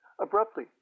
Abruptly